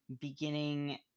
beginning